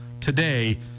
today